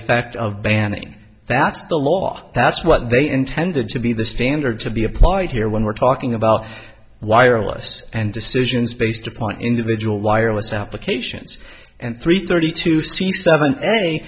effect of banning that's the law that's what they intended to be the standard to be applied here when we're talking about wireless and decisions based upon individual wireless applications and three thirty two c seven